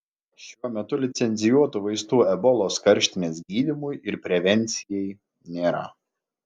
šiuo metu licencijuotų vaistų ebolos karštinės gydymui ir prevencijai nėra